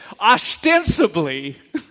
Ostensibly